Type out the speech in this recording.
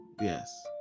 yes